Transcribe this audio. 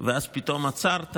ואז פתאום עצרת,